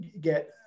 get